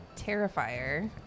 Terrifier